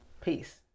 peace